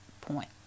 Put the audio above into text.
point